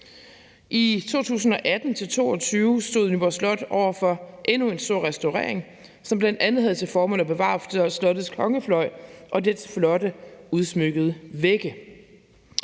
2022 stod Nyborg Slot over for endnu en stor restaurering, som bl.a. havde til formål at bevare slottets kongefløj og dets flotte udsmykkede vægge,